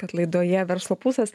kad laidoje verslo pulsas